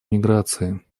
миграции